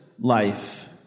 life